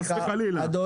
חס וחלילה,